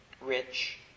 rich